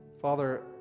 Father